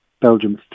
Belgium